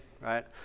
right